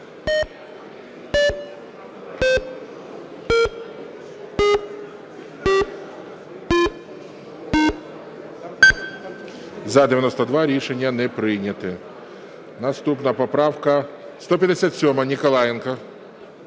За-92 Рішення не прийнято. Наступна поправка 157, Ніколаєнко.